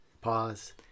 pause